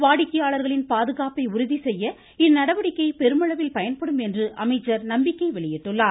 வாடிக்கையாளர்களின் பாதுகாப்பை உறுதிசெய்ய இந்நடவடிக்கை பெருமளவில் பயன்படும் என்று அமைச்சர் நம்பிக்கை தெரிவித்தார்